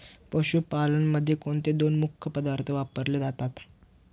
पशुपालनामध्ये कोणत्या दोन मुख्य पद्धती वापरल्या जातात?